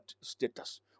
status